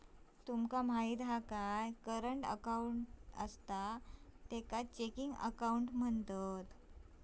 तुमका माहित हा करंट अकाऊंटकाच चेकिंग अकाउंट म्हणतत